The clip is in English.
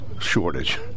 shortage